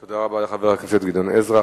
תודה רבה לחבר הכנסת גדעון עזרא.